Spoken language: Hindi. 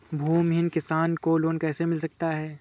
भूमिहीन किसान को लोन कैसे मिल सकता है?